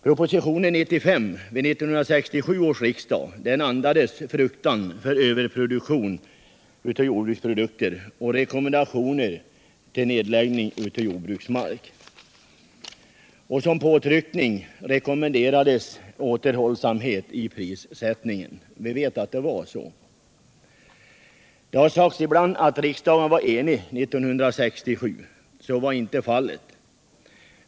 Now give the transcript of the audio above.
Propositionen 95 till 1967 års riksdag andades fruktan för överproduktion av jordbruksprodukter och rekommenderade nedläggning av jordbruksmark. Som påtryckning rekommenderades återhållsamhet i prissättningen — vi vet att det var så. Det har sagts ibland att riksdagen var enig 1967. Så var inte fallet.